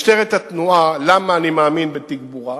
משטרת התנועה, למה אני מאמין בתגבורה?